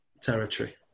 territory